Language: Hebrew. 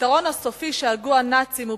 "הפתרון הסופי" שהגו הנאצים בשואה הוא